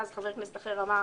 ואז חבר הכנסת אחר אמר